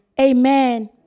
Amen